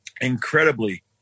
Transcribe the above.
incredibly